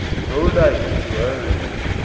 no life to ours!